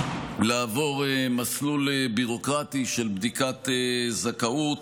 לעבור מסלול ביורוקרטי של בדיקת זכאות,